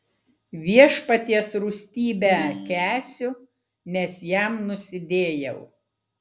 viešpaties rūstybę kęsiu nes jam nusidėjau